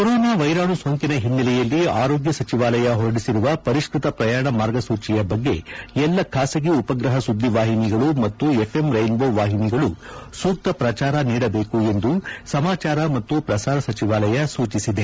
corona ವೈರಾಣು ಸೋಂಕಿನ ಹಿನ್ನೆಲೆಯಲ್ಲಿ ಆರೋಗ್ಯ ಸಚಿವಾಲಯ ಹೊರಡಿಸಿರುವ ಪರಿಷ್ಕ ತ ಪ್ರಯಾಣ ಮಾರ್ಗಸೂಚಿಯ ಬಗ್ಗೆ ಎಲ್ಲ ಖಾಸಗಿ ಉಪಗ್ರಹ ಸುದ್ದಿ ವಾಹಿನಿಗಳು ಮತ್ತು ಎಫ್ಎಂ ರೈನ್ಬೋ ವಾಹಿನಿಗಳು ಸೂಕ್ತ ಪ್ರಚಾರ ನೀಡಬೇಕು ಎಂದು ಸಮಾಚಾರ ಮತ್ತು ಪ್ರಸಾರ ಸಚಿವಾಲಯ ಸೂಚಿಸಿದೆ